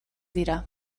dira